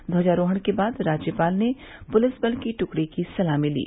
ध्वजारोहरण के बाद राज्यपाल ने पुलिस बल की टुकड़ी की सलामी ली